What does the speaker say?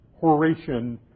Horatian